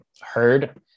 heard